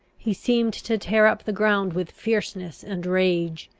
he seemed to tear up the ground with fierceness and rage.